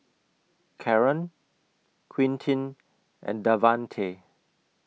Caron Quintin and Davante